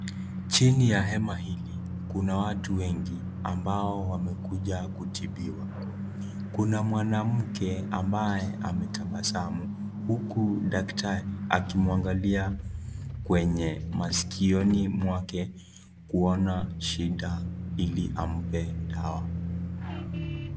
Chini ya hema hili kuna watu wengi ambao wamekuja kutibiwa. Kuna mwanamke ambaye ametabasamu huku daktari akimwangalia kwenye maskioni mwake kuona shida iko ampee dawa.